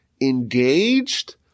engaged